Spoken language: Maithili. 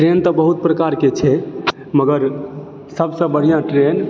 ट्रेन तऽ बहुत प्रकार के छै मगर सभसँ बढ़िऑं ट्रेन